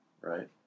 right